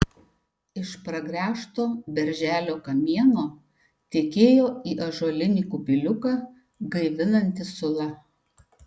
iš pragręžto berželio kamieno tekėjo į ąžuolinį kubiliuką gaivinanti sula